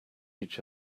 each